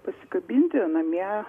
pasikabinti namie